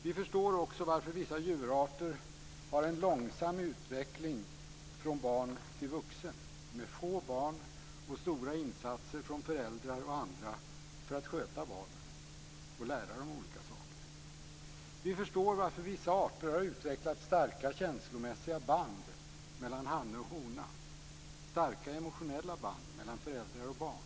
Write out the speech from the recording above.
Vi förstår också varför vissa djurarter har en långsam utveckling från barn till vuxen, med få barn och stora insatser från föräldrar och andra för att sköta barnen och lära dem olika saker. Vi förstår varför vissa arter har utvecklat starka känslomässiga band mellan hanne och hona och starka emotionella band mellan föräldrar och barn.